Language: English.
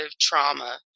trauma